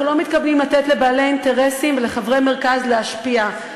ואנחנו לא מתכוונים לתת לבעלי אינטרסים ולחברי מרכז להשפיע.